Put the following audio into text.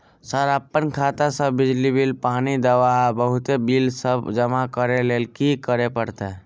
Sir अप्पन खाता सऽ बिजली, पानि, दवा आ बहुते बिल सब जमा करऽ लैल की करऽ परतै?